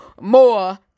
more